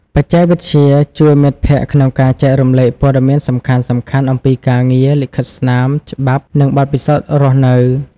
បច្ចេកវិទ្យាជួយមិត្តភ័ក្តិក្នុងការចែករំលែកព័ត៌មានសំខាន់ៗអំពីការងារ លិខិតស្នាម ច្បាប់ និងបទពិសោធន៍រស់នៅ ។